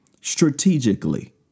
strategically